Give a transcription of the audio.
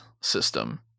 system